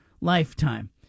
lifetime